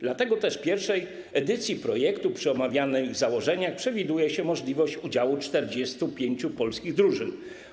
Dlatego też w pierwszej edycji projektu przy omawianych założeniach przewiduje się możliwość udziału 45 polskich drużyn.